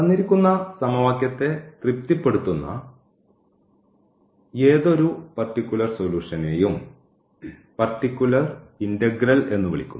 തന്നിരിക്കുന്ന സമവാക്യത്തെ തൃപ്തിപ്പെടുത്തുന്ന ഏതൊരു പർട്ടിക്കുലർ സൊലൂഷനെയും പർട്ടിക്കുലർ ഇന്റഗ്രൽ എന്നു വിളിക്കുന്നു